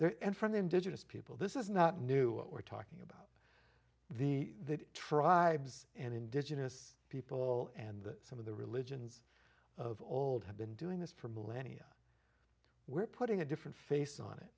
there and from the indigenous people this is not new what we're talking about the tribes and indigenous people and some of the religions of old have been doing this for millennia we're putting a different face on it